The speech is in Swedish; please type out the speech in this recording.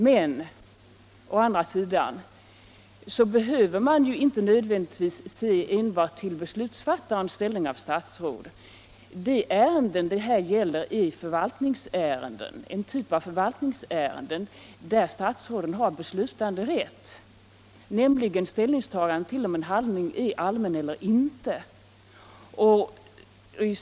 Å andra sidan behöver man inte nödvändigtvis se enbart till beslutsfattarens ställning som statsråd. De ärenden det här gäller är en typ av förvaltningsärenden där statsråden har beslutanderätt, nämligen ställningstagandet till om en handling är allmän eller inte.